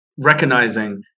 recognizing